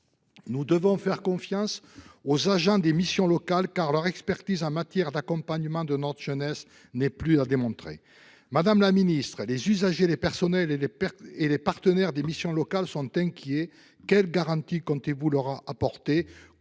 Nous devons faire confiance aux agents des missions locales, car leur expertise en matière d'accompagnement de notre jeunesse n'est plus à démontrer. Madame la ministre, les usagers, les personnels et les partenaires des missions locales sont inquiets. Quelles garanties comptez-vous leur donner ?